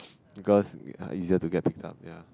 girls easier to get pickup ya